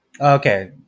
Okay